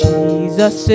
Jesus